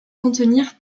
contenir